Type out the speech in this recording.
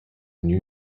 new